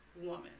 woman